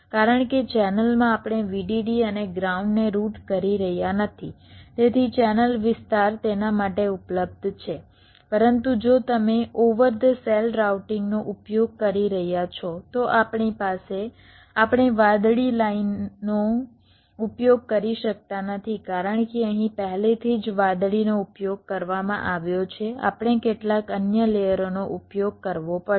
કારણ કે ચેનલમાં આપણે VDD અને ગ્રાઉન્ડને રૂટ કરી રહ્યા નથી તેથી ચેનલ વિસ્તાર તેના માટે ઉપલબ્ધ છે પરંતુ જો તમે ઓવર ધ સેલ રાઉટિંગ નો ઉપયોગ કરી રહ્યા છો તો આપણી પાસે આપણે વાદળી લાઇનનો ઉપયોગ કરી શકતા નથી કારણ કે અહીં પહેલેથી જ વાદળીનો ઉપયોગ કરવામાં આવ્યો છે આપણે કેટલાક અન્ય લેયરોનો ઉપયોગ કરવો પડશે